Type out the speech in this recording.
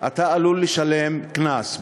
אתה עלול לשלם קנס.